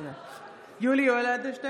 (קוראת בשמות חברי הכנסת) יולי יואל אדלשטיין,